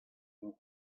dour